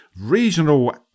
regional